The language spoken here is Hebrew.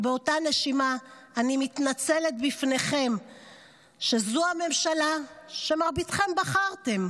באותה נשימה אני מתנצלת בפניכם שזו הממשלה שמרביתכם בחרתם,